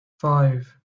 five